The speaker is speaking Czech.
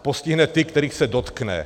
Postihne ty, kterých se dotkne.